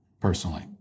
personally